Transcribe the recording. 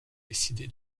décidé